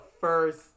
first